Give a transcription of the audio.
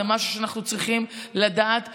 זה משהו שאנחנו צריכים לדעת וללמד.